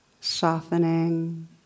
softening